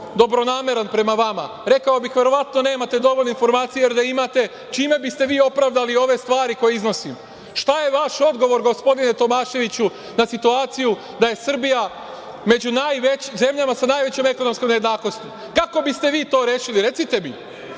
dobronameran prema vama, rekao bih – verovatno nemate dovoljno informacija, jer da imate, čime biste vi opravdali ove stvari koje iznosim? Šta je vaš odgovor, gospodine Tomaševiću, na situaciju da je Srbija među zemljama sa najvećom ekonomskom nejednakosti? Kako biste vi to rešili? Recite mi.